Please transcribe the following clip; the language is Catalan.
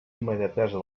immediatesa